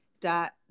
dot